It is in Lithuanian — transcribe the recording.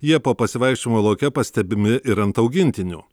jie po pasivaikščiojimo lauke pastebimi ir ant augintinių